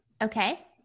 Okay